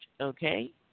okay